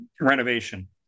renovation